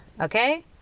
Okay